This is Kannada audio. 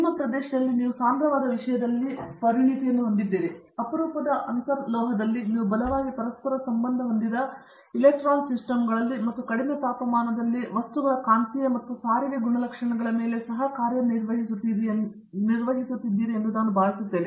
ನಿಮ್ಮ ಪ್ರದೇಶದಲ್ಲಿ ನೀವು ಸಾಂದ್ರವಾದ ವಿಷಯದಲ್ಲಿ ಪರಿಣತಿಯನ್ನು ಹೊಂದಿದ್ದೀರಿ ಅಪರೂಪದ ಅಂತರ ಲೋಹದಲ್ಲಿ ನೀವು ಬಲವಾಗಿ ಪರಸ್ಪರ ಸಂಬಂಧ ಹೊಂದಿದ ಎಲೆಕ್ಟ್ರಾನ್ ಸಿಸ್ಟಮ್ಗಳಲ್ಲಿ ಮತ್ತು ಕಡಿಮೆ ತಾಪಮಾನದಲ್ಲಿ ವಸ್ತುಗಳ ಕಾಂತೀಯ ಮತ್ತು ಸಾರಿಗೆ ಗುಣಲಕ್ಷಣಗಳ ಮೇಲೆ ಸಹ ಕಾರ್ಯನಿರ್ವಹಿಸುತ್ತೀರಿ ಎಂದು ನಾನು ಭಾವಿಸುತ್ತೇನೆ